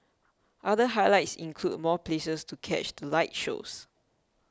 other highlights include more places to catch the light shows